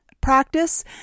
practice